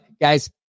guys